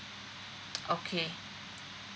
okay